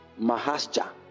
Mahasja